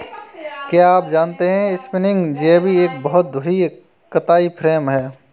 क्या आप जानते है स्पिंनिंग जेनि एक बहु धुरी कताई फ्रेम है?